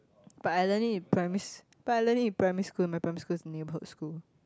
but I learn it in primary but I learn it in primary school my primary school is neighbourhood school